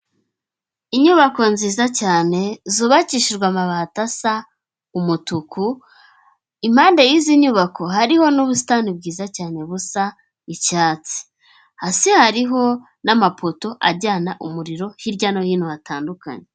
Inyubako nziza cyane zubakishijwe amabati asa umutuku, impande yizi nyubako hariho n'ubusitani bwiza cyane busa icyatsi. Hasi hariho n'amapoto ajyana umuriro hirya no hino hatandukanye.